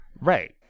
Right